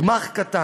גמ"ח קטן,